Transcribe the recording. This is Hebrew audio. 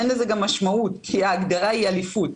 אין לזה גם משמעות כי ההגדרה היא אליפות.